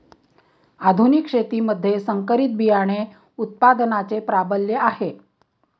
आधुनिक शेतीमध्ये संकरित बियाणे उत्पादनाचे प्राबल्य आहे